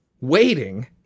waiting